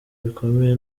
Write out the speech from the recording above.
bikomeye